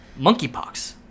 monkeypox